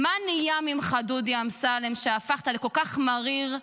מה נהיה ממך, דודי אמסלם, שהפכת לכל כך מריר,